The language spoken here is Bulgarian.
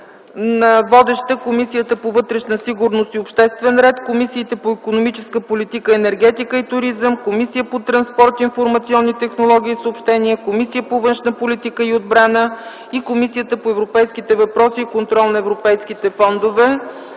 водеща Комисията по вътрешна сигурност и обществен ред, Комисията по икономическата политика, енергетика и туризъм, Комисията по транспорт, информационни технологии и съобщения, Комисията по външна политика и отбрана и Комисията по европейските въпроси и контрол на европейските фондове.